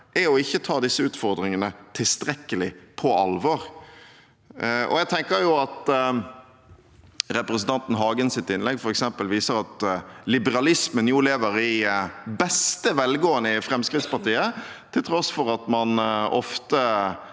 er ikke å ta disse utfordringene tilstrekkelig på alvor. Jeg tenker at representanten Hagens innlegg f.eks. viser at liberalismen lever i beste velgående i Fremskrittspartiet, til tross for at de ofte